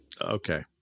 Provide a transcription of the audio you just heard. okay